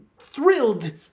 thrilled